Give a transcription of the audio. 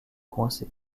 coincé